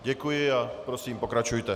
Děkuji a prosím, pokračujte.